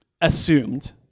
assumed